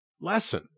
lesson